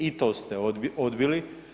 I to ste odbili.